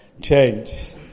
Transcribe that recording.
change